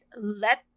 Let